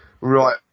right